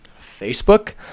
Facebook